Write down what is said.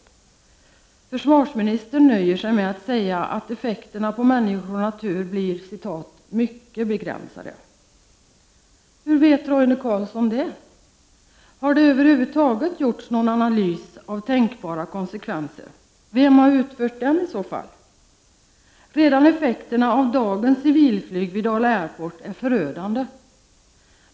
Försvarsministern nöjer sig med att säga att effekterna på människor och natur blir ”mycket begränsade”. Men hur vet Roine Carlsson det? Har det över huvud taget gjorts någon analys av tänkbara konsekvenser? Vem har i så fall utfört den? Redan effekterna av dagens civilflyg vid Dala Airport är förödande.